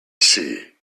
see